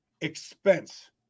expense